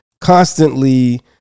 constantly